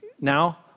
now